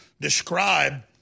describe